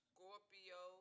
Scorpio